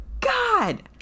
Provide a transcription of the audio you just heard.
god